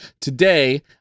today